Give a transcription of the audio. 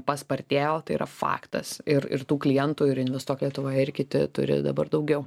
paspartėjo tai yra faktas ir ir tų klientų ir investuok lietuvoje ir kiti turi dabar daugiau